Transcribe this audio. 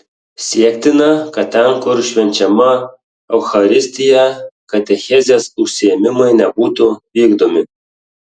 siektina kad ten kur švenčiama eucharistija katechezės užsiėmimai nebūtų vykdomi